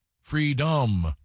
Freedom